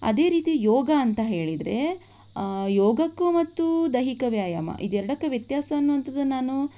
ಅದೇ ರೀತಿ ಯೋಗ ಅಂತ ಹೇಳಿದರೆ ಯೋಗಕ್ಕೂ ಮತ್ತು ದೈಹಿಕ ವ್ಯಾಯಾಮ ಇದೆರಡಕ್ಕೆ ವ್ಯತ್ಯಾಸ ಅನ್ನುವಂಥದ್ದು ನಾನು